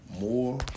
more